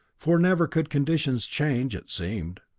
for never could conditions change it seemed.